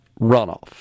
runoff